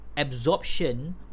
absorption